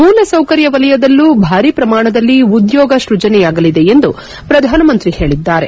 ಮೂಲ ಸೌಕರ್ಯ ವಲಯದಲ್ಲೂ ಭಾರಿ ಪ್ರಮಾಣದಲ್ಲಿ ಉದ್ಯೋಗ ಸ್ಟಜನೆಯಾಗಲಿದೆ ಎಂದು ಪ್ರಧಾನಮಂತ್ರಿ ಹೇಳಿದ್ದಾರೆ